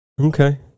Okay